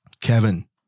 Kevin